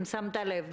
אם שמת לב,